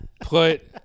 put